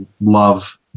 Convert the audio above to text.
love